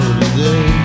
today